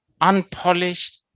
unpolished